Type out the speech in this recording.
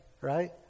right